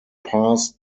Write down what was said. past